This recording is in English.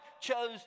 chose